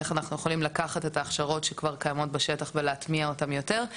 איך אנחנו יכולים לקחת הכשרות שכבר קיימות בשטח ולהטמיע אותן יותר.